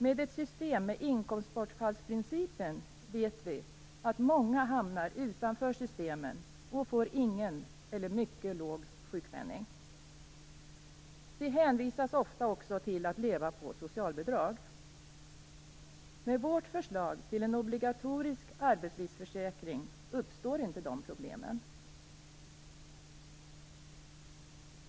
Med ett system med inkomstbortfallsprincipen vet vi att många hamnar utanför systemen och får ingen eller mycket låg sjukpenning. De hänvisas ofta också till att leva på socialbidrag. Med vårt förslag till en obligatorisk arbetslivsförsäkring uppstår inte de problemen.